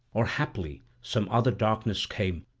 or haply some other darkness came,